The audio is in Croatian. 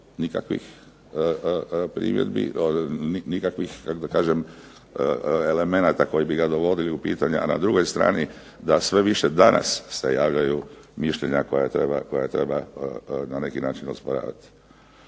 nikakvih primjedbi, nikakvih da kažem elemenata koji bi ga dovodili u pitanje a na drugoj strani da sve više danas se javljaju mišljenja koja treba na neki način osporavati.